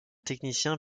technicien